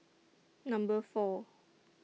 Number four